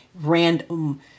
random